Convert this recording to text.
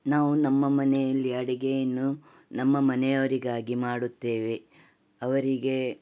ನಾವು ನಮ್ಮ ಮನೆಯಲ್ಲಿ ಅಡುಗೆಯನ್ನು ನಮ್ಮ ಮನೆಯವರಿಗಾಗಿ ಮಾಡುತ್ತೇವೆ ಅವರಿಗೆ